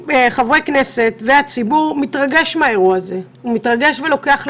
חברי הכנסת והציבור מתרגש מהעניין הזה ולוקח ללב.